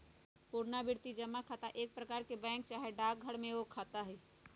पुरनावृति जमा खता एक प्रकार के बैंक चाहे डाकघर में एगो खता होइ छइ